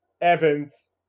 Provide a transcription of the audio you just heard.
Evans